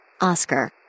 Oscar